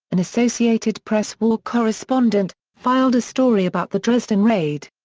an associated press war correspondent, filed a story about the dresden raid.